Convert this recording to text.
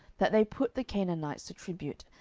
that they put the canaanites to tribute,